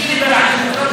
מה עם חוק הלאום?